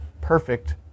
perfect